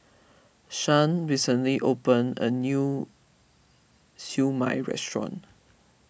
Shan recently opened a new Siew Mai restaurant